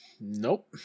Nope